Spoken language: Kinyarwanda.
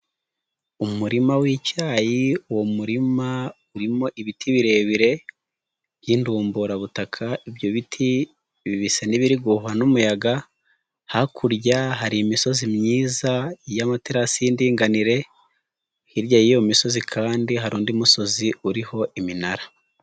Umurima w'icyayi, uwo murima urimo ibiti birebire, by'indumburabutaka, ibyo bitibisa n'ibibiri guhuhwa n'umuyaga, hakurya hari imisozi myiza y'amaterasi y'indinganire, hirya y'iyo misozi kandi hari undi musozi uriho iminara.